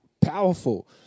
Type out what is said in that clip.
powerful